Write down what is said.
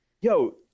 yo